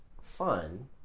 fun